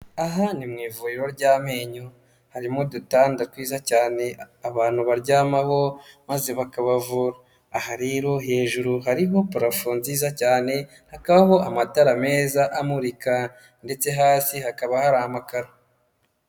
Aha ni mu ivuriro ry'amenyo, harimo udutanda twiza cyane abantu baryamaho maze bakabavura. Aha rero hejuru hariho parapfo nziza cyane, hakaho amatara meza amurika ndetse hasi hakaba hari amakaro.